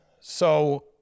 So-